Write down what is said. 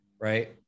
right